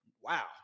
Wow